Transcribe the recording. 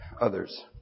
others